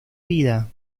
vida